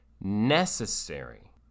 necessary